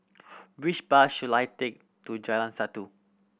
which bus should I take to Jalan Satu